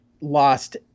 lost